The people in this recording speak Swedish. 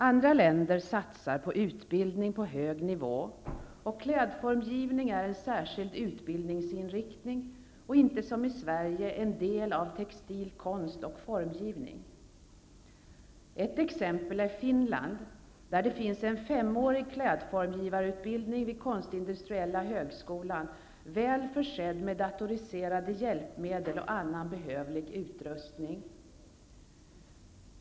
Andra länder satsar på utbildning på hög nivå, och klädformgivning är en särskild utbildningsinriktning och inte som i Sverige en del av textil konst och formgivning. Ett exempel är Finland, där det finns en femårig klädformgivarutbildning vid konstindustriella högskolan, väl försedd med datoriserade hjälpmedel och annan behövlig utrustning.